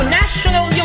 national